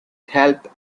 held